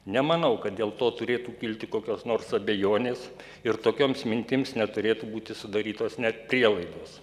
nemanau kad dėl to turėtų kilti kokios nors abejonės ir tokioms mintims neturėtų būti sudarytos net prielaidos